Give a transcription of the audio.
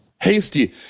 hasty